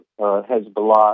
Hezbollah